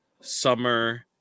Summer